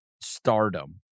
stardom